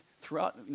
Throughout